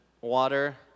water